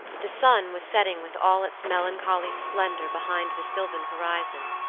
the sun was setting with all its melancholy splendor behind the sylvan horizon,